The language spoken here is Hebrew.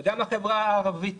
וגם החברה הערבית